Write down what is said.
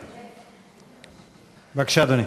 בבקשה, אדוני.